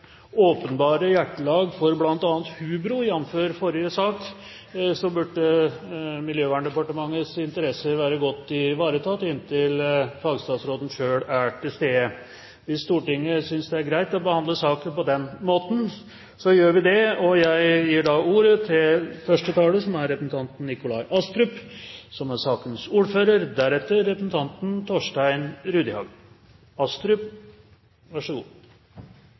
hubro – jf. forrige sak – så burde Miljøverndepartementets interesser være godt ivaretatt inntil fagstatsråden selv er til stede. Hvis Stortinget synes det er greit å behandle saken på den måten, så gjør vi det. Jeg gir ordet til første taler, som er representanten Nikolai Astrup, sakens ordfører.